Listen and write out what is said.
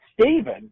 Stephen